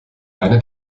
eine